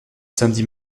samedi